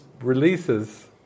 releases